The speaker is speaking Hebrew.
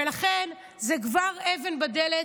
ולכן, זו כבר רגל בדלת.